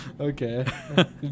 Okay